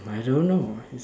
hmm I don't know